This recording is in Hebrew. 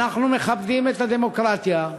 אנחנו מכבדים את הדמוקרטיה,